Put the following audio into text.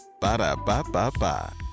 Ba-da-ba-ba-ba